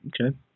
okay